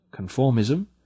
conformism